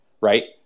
right